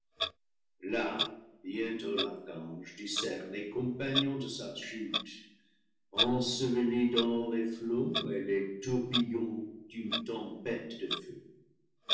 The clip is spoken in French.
là bientôt l'archange discerne les compagnons de sa chute ensevelis dans les flots et les tourbillons d'une tempête de feu